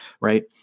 right